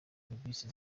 serivisi